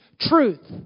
truth